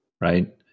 Right